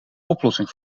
oplossing